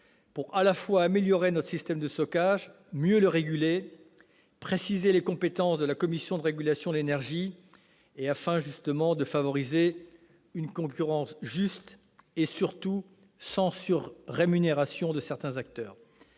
pour à la fois améliorer notre système de stockage et mieux le réguler, préciser les compétences de la Commission de régulation de l'énergie et favoriser une concurrence juste et, surtout, sans surrémunération de certains acteurs.